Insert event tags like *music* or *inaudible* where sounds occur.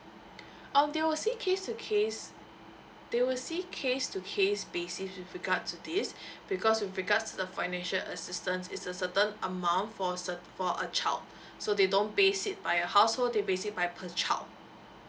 *breath* um they will see case to case they will see case to case basis with regards to this *breath* because with regards to the financial assistance it's a certain amount for cert~ for a child *breath* so they don't base it by a household they base it by per child